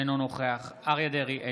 אינו נוכח אריה מכלוף דרעי,